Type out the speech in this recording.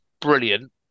brilliant